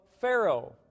Pharaoh